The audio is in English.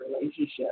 relationship